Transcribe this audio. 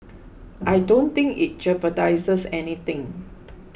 I don't think it jeopardises anything